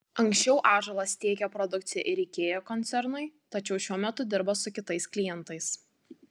anksčiau ąžuolas tiekė produkciją ir ikea koncernui tačiau šiuo metu dirba su kitais klientais